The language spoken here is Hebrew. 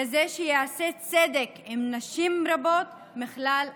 כזה שיעשה צדק עם נשים רבות מכלל החברה.